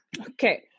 Okay